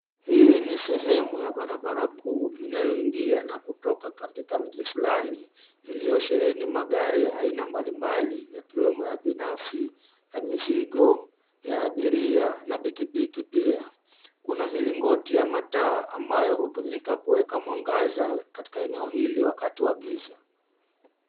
Hii ni sehemu ya barabara kuu inayoingia na kutoka katika mji fulani, iliyosheheni magari ya aina mbalimbali yakiwemo ya binafsi, ya mizigo, ya abiria na pikipiki pia. Kuna milingoti ya mataa amabayo hutumika kuweka mwangaza katika eneo hili wakati wa giza.